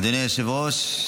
אדוני היושב-ראש,